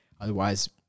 Otherwise